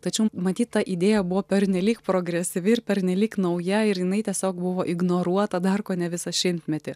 tačiau matyt ta idėja buvo pernelyg progresyvi ir pernelyg nauja ir jinai tiesiog buvo ignoruota dar kone visą šimtmetį